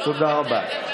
תודה רבה.